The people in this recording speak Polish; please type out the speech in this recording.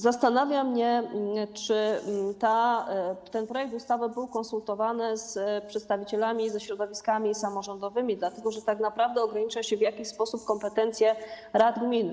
Zastanawia mnie, czy ten projekt ustawy był konsultowany z przedstawicielami i ze środowiskami samorządowymi, dlatego że tak naprawdę ogranicza się w jakiś sposób kompetencje rad gmin.